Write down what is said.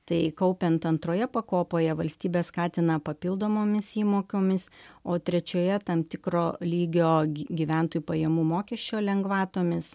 tai kaupiant antroje pakopoje valstybė skatina papildomomis įmokomis o trečioje tam tikro lygio gyventojų pajamų mokesčio lengvatomis